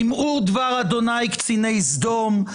שמעו דבר ה' קציני סדום,